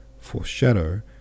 foreshadow